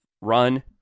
run